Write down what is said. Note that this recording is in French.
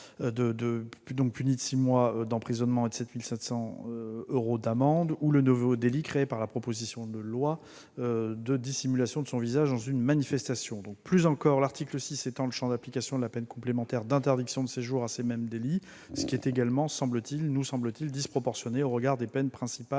puni de six mois d'emprisonnement et de 7 500 euros d'amende, ou le nouveau délit créé par la proposition de loi de dissimulation de son visage dans une manifestation. Plus encore, cet article étend le champ d'application de la peine complémentaire d'interdiction de séjour à ces mêmes délits, ce qui est également disproportionné au regard des peines principales